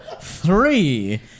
three